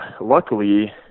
luckily